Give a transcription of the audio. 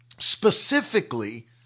Specifically